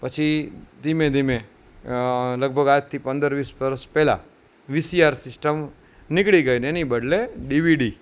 પછી ધીમે ધીમે લગભગ આજથી પંદર વીસ વરસ પહેલા વીસીઆર સીસ્ટમ નીકળી ગઈ અને એની બદલે ડીવીડી